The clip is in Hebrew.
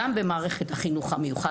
גם במערכת החינוך המיוחד,